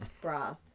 broth